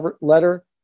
letter